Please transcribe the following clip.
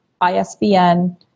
ISBN